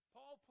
Paul